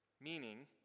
meaning